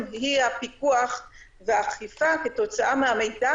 לכן זה הבסיס המקצועי והחשיבות הכללית של הפיקוח הוא באכיפה של הבידוד,